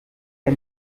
der